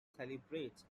celebrates